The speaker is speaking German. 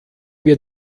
mir